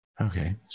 Okay